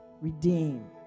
Redeem